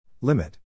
Limit